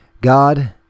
God